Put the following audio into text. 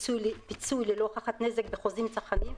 פיצוי ללא הוכחת נזק בחוזים צרכניים.